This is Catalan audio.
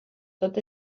tot